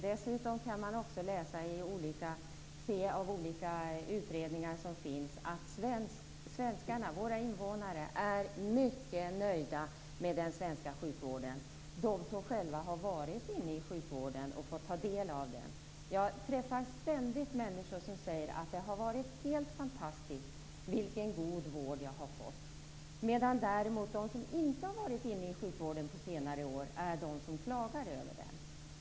Dessutom kan man se av olika utredningar att svenskarna är mycket nöjda med den svenska sjukvården. Det gäller de som har varit inne i sjukvården och som har fått ta del av den. Jag träffar ständigt människor som säger att de har fått en helt fantastiskt god vård. De som däremot inte har varit inne i sjukvården under senare år är de som klagar över den.